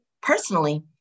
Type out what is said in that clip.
personally